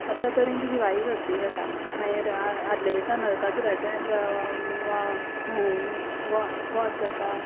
अश्या तरेन ती दिवाळी सजरी जाता मागीर आ आदले दिसा नरकासुराचें वाद जाता